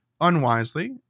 unwisely